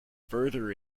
further